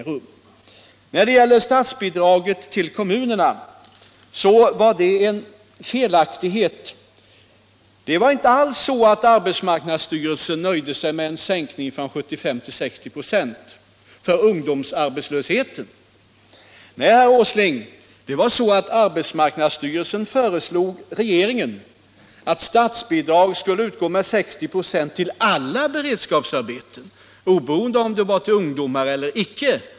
När det gäller statsbidraget till kommunerna kom herr Åsling med en felaktig uppgift. Arbetsmarknadsstyrelsen nöjde sig inte alls med en sänkning från 75 till 60 ?6 för ungdomsarbetslösheten. Nej, herr Åsling, arbetsmarknadsstyrelsen föreslog regeringen att statsbidrag skulle utgå med 60 9 till alla beredskapsarbeten, oberoende av om de var för ungdomar eller andra.